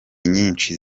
nyinshi